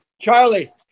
Charlie